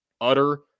utter